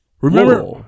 Remember